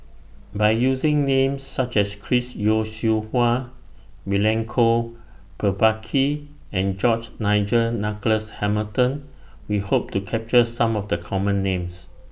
By using Names such as Chris Yeo Siew Hua Milenko Prvacki and George Nigel Douglas Hamilton We Hope to capture Some of The Common Names